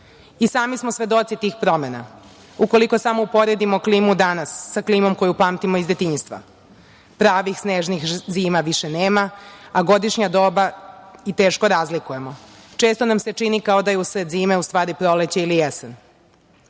I sami smo svedoci tih promena. Ukoliko samo uporedimo klimu danas sa klimom koju pamtimo iz detinjstva, pravih snežnih zima više nema, a godišnja doba i teško razlikujemo. Često nam se čini kao da je usred zime u stvari proleće ili jesen.